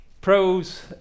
pros